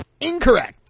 Incorrect